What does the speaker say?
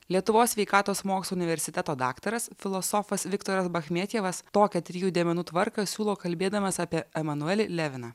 lietuvos sveikatos mokslų universiteto daktaras filosofas viktoras bachmetjevas tokią trijų dėmenų tvarką siūlo kalbėdamas apie emanuelį levinąemmanuel levinas